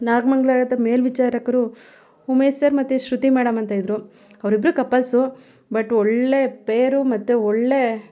ನಾಗಮಂಗಲದ ಮೇಲ್ವಿಚಾರಕರು ಉಮೇಶ್ ಸರ್ ಮತ್ತೆ ಶೃತಿ ಮೇಡಮ್ ಅಂತ ಇದ್ದರು ಅವರಿಬ್ರು ಕಪಲ್ಸು ಬಟ್ ಒಳ್ಳೆ ಪೇರು ಮತ್ತೆ ಒಳ್ಳೆ